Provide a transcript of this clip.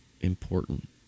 important